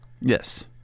yes